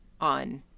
on